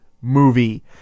movie